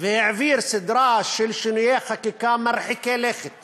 והעביר סדרה של שינויי חקיקה מרחיקי לכת